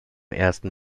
ersten